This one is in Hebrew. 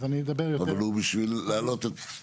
אבל הוא בשביל להעלות את כל העניין.